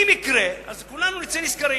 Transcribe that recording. אם יקרה, אז כולנו נצא נשכרים.